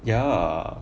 ya